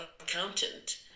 accountant